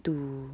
to